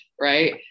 right